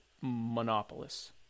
monopolists